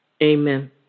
Amen